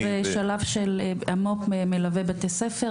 כרגע זה בשלב של המו"פ מלווה בתי ספר,